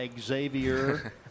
Xavier